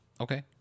Okay